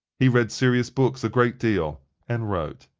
he read serious books a great deal, and wrote.